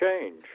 change